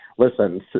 Listen